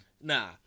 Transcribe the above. Nah